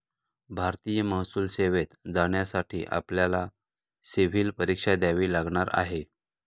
भारतीय महसूल सेवेत जाण्यासाठी आपल्याला सिव्हील परीक्षा द्यावी लागणार आहे